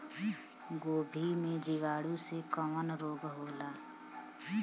गोभी में जीवाणु से कवन रोग होला?